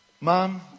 Mom